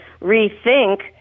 rethink